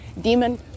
Demon